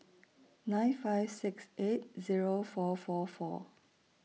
nine five six eight Zero four four four